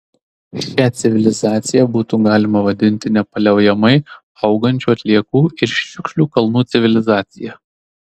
šią civilizaciją būtų galima vadinti nepaliaujamai augančių atliekų ir šiukšlių kalnų civilizacija